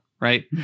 right